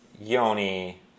Yoni